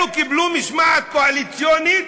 קיבלו משמעת קואליציונית